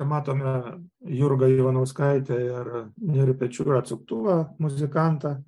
matome jurga ivanauskaitė ar nerio pečiulio atsuktuvą muzikantą